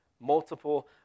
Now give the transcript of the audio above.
multiple